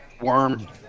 Worm